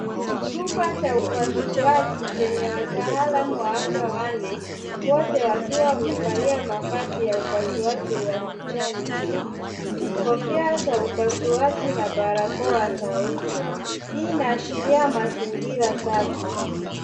Chumba cha upasuaji chenye wataalamu wa afya wanne, wote wakiwa wamevalia mavazi ya upasuaji ya kijani kibichi, kofia za upasuaji na barakoa za uso. Hii inaashiria mazingira safi.